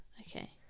Okay